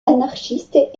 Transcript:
anarchiste